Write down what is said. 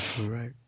right